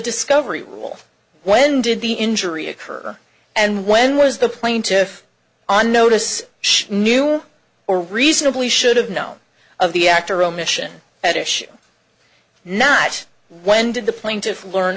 discovery rule when did the injury occur and when was the plaintiff on notice knew or reasonably should have known of the act or omission at issue not when did the plaintiff learn